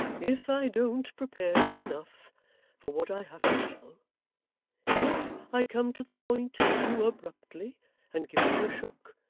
if i don't prepare you enough for what i have to tell if i come to the point too abruptly and give you a shock,